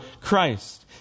Christ